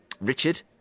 Richard